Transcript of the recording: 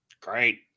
great